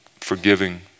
forgiving